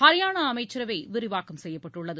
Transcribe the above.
ஹரியானா அமைச்சரவை விரிவாக்கம் செய்யப்பட்டுள்ளது